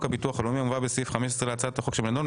הביטוח הלאומי המובא בסעיף 15 להצעת החוק שבנדון,